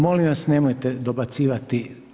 Molim vas nemojte dobacivati.